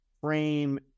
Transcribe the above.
frame